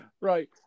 Right